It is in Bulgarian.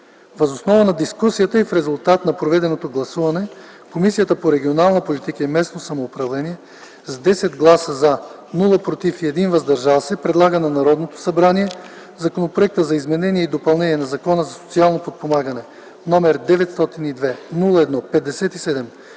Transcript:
Въз основа на дискусията и в резултат на проведеното гласуване, Комисията по регионална политика и местно самоуправление – с 10 гласа „за”, без „против” и един глас „въздържал се”, предлага на Народното събрание Законопроект за изменение и допълнение на Закона за социално подпомагане, № 902 01 57,